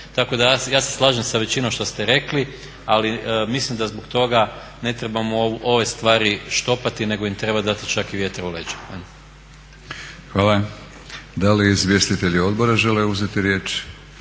Tako da ja se slažem sa većinom što ste rekli, ali mislim da zbog toga ne trebamo ove stvari štopati nego im treba dati čak i vjetar u leđa. **Batinić, Milorad (HNS)** Hvala. Da li izvjestitelji odbora žele uzeti riječ?